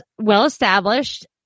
well-established